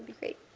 great.